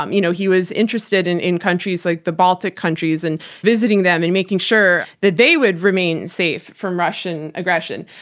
um you know he was interested in in countries like the baltic countries and visiting them and making sure that they would remain safe from russian aggression.